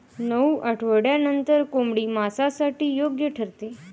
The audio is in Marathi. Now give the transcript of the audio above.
नऊ आठवड्यांनंतर कोंबडी मांसासाठी योग्य ठरते